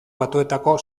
batuetako